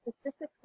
specifically